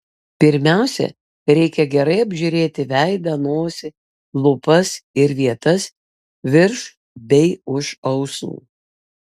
pirmiausia reikia gerai apžiūrėti veidą nosį lūpas ir vietas virš bei už ausų